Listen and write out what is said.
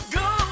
go